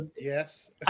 yes